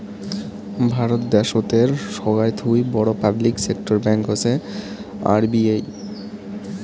ভারত দ্যাশোতের সোগায় থুই বড় পাবলিক সেক্টর ব্যাঙ্ক হসে আর.বি.এই